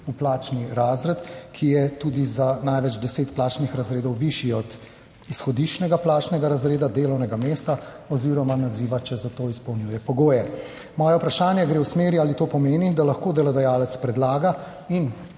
v plačni razred, ki je tudi za največ 10 plačnih razredov višji od izhodiščnega plačnega razreda delovnega mesta oziroma naziva, če za to izpolnjuje pogoje. Moje vprašanje gre v smeri: Ali to pomeni, da lahko delodajalec predlaga in